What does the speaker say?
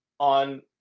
on